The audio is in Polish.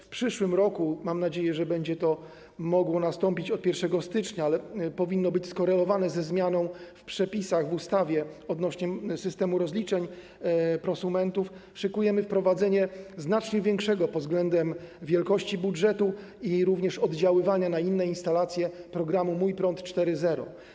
W przyszłym roku - mam nadzieję, że będzie to mogło nastąpić od 1 stycznia, ale powinno być skorelowane ze zmianą w przepisach w ustawie odnośnie do systemu rozliczeń prosumentów - szykujemy wprowadzenie znacznie większego pod względem wysokości budżetu i oddziaływania na inne instalacje programu „Mój prąd” 4.0.